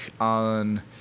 on